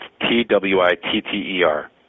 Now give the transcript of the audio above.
T-W-I-T-T-E-R